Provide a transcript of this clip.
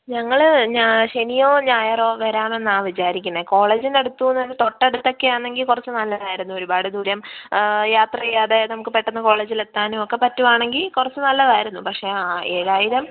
ഞങ്ങൾ ഞ ശനിയോ ഞായറോ വരാമെന്നാണ് വിചാരിക്കുന്നത് കോളേജിനടുത്ത് നിന്ന് തൊട്ടടുത്തൊക്കെ ആണെങ്കിൽ കുറച്ച് നല്ലതായിരുന്നു ഒരുപാട് ദൂരം യാത്ര ചെയ്യാതെ നമുക്ക് പെട്ടെന്ന് കോളേജിൽ എത്താനുമൊക്കെ പറ്റുവാണെങ്കിൽ കുറച്ച് നല്ലതായിരുന്നു പക്ഷേ ഏഴായിരം